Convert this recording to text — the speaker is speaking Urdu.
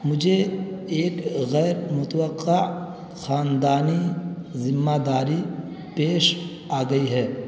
مجھے ایک غیرمتوقع خاندانی ذمہ داری پیش آ گئی ہے